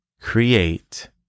create